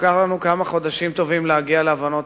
לקח לנו כמה חודשים טובים להגיע להבנות